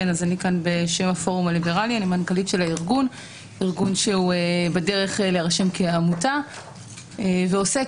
אני מנכ"לית הארגון שהוא בדרך להירשם כעמותה ועוסק